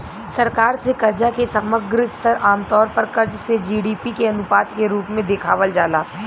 सरकार से कर्जा के समग्र स्तर आमतौर पर कर्ज से जी.डी.पी के अनुपात के रूप में देखावल जाला